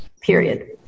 period